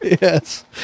Yes